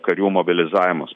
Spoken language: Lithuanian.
karių mobilizavimas